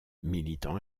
militant